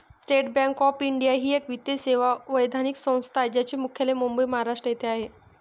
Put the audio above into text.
state bank of India ही एक वित्तीय सेवा वैधानिक संस्था आहे ज्याचे मुख्यालय मुंबई, महाराष्ट्र येथे आहे